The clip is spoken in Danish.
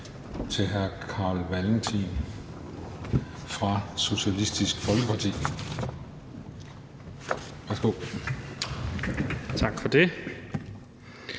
til hr. Carl Valentin fra Socialistisk Folkeparti. Kl.